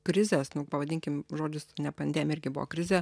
krizės pavadinkim žodis ne pandemija irgi buvo krizė